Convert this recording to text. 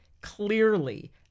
clearly